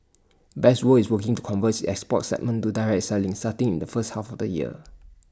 best world is working to convert its export segment to direct his selling starting in the first half the year